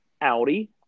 Audi